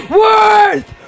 worth